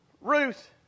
Ruth